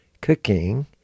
cooking